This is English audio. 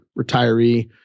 retiree